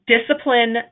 discipline